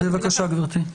בבקשה, גברתי.